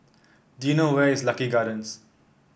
do you know where is Lucky Gardens